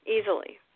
easily